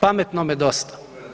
Pametnome dosta.